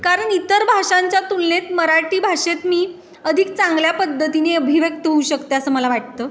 कारण इतर भाषांच्या तुलनेत मराठी भाषेत मी अधिक चांगल्या पद्धतीने अभिव्यक्त होऊ शकते असं मला वाटतं